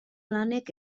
lanek